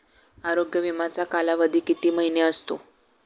आरोग्य विमाचा कालावधी किती महिने असतो?